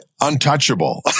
untouchable